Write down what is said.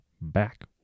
back